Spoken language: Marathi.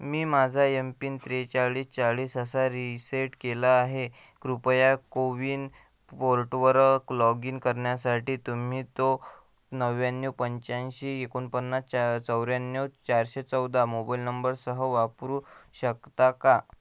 मी माझा एम पिन त्रेचाळीस चाळीस असा रीसेट केला आहे कृपया कोविन पोर्टवर लॉग इन करण्यासाठी तुम्ही तो नव्याण्णव पंचाऐंशी एकोणपन्नास चा चौऱ्याण्णव चारशे चौदा मोबाइल नंबरसह वापरू शकता का